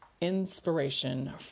inspiration